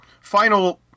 final